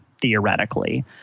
theoretically